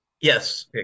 Yes